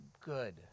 good